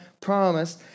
promise